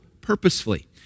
purposefully